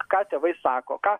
ką tėvai sako ką